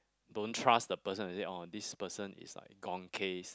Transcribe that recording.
don't trust the person is it or this person is like gone case